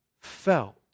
felt